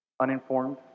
uninformed